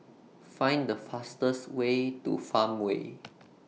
Find The fastest Way to Farmway